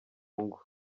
ngo